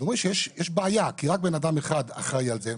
אז אמרו שיש בעיה כי רק בן אדם אחראי על זה.